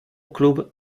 club